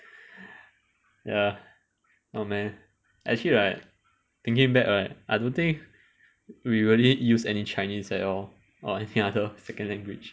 ya !aww! man actually right thinking back right I don't think we really use chinese at all or any other second language